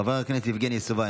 חבר הכנסת יבגני סובה,